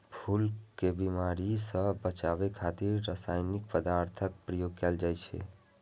फूल कें बीमारी सं बचाबै खातिर रासायनिक पदार्थक प्रयोग कैल जाइ छै